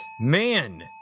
Man